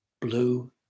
Blue